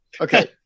okay